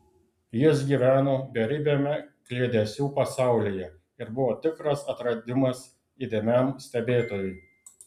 jis gyveno beribiame kliedesių pasaulyje ir buvo tikras atradimas įdėmiam stebėtojui